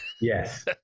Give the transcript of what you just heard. Yes